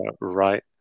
right